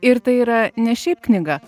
ir tai yra ne šiaip knyga